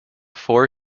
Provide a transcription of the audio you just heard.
four